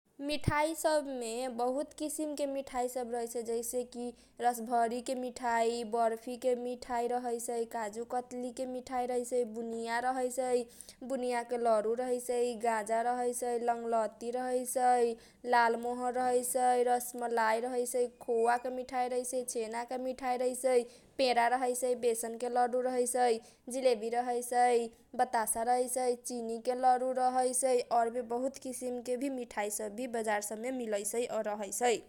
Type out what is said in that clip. मिठाइ सबमे बहुत किसिमके मिठाइ सब रहैसै जैसेकी रसभरी के मिठाइ रहैसै, बर्फी के मिठाइ रहैसै, काजुकतली के मिठाइ रहैसै, बुनीया रहैसै, बुनीयाके लडु रहैसै, गाजा रहैसै, लंगलती रहैसै, लालमोहर रहैसै, रसमलाइ रहैसै, खोवाके मिठाइ रहैसै, छेनाके मिठाइ रहैसै, पेडा रहैसै, बेसनके लडु रहैसै, जिलेबी रहैसै, बातासा रहैसै, चिनीके लरु रहैसै, औरभी बहुत किसिमके भी मिठाइ सब रहैसै और बजारमे भी मिलैसै ।